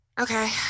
Okay